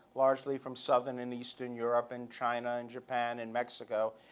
largely from southern and eastern europe and china and japan and mexico,